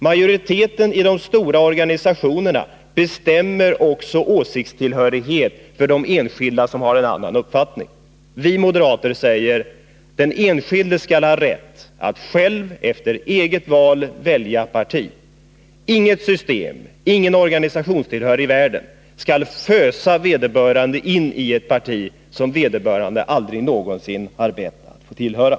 Majoriteten i de stora organisationerna bestämmer också åsiktstillhörighet för de enskilda som har en annan uppfattning. Vi moderater säger: Den enskilde skall ha rätt att själv efter eget val välja parti. Inget system och ingen organisation i världen skall fösa vederbörande in i ett parti som han eller hon aldrig någonsin har bett att få tillhöra.